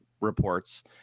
reports